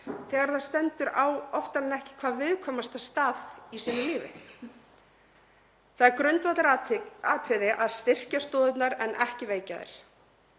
þegar það stendur á oftar en ekki hvað viðkvæmasta stað í sínu lífi. Það er grundvallaratriði að styrkja stoðirnar en ekki veikja þær.